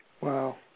Wow